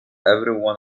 everyone